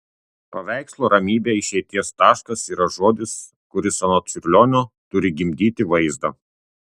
paveikslo ramybė išeities taškas yra žodis kuris anot čiurlionio turi gimdyti vaizdą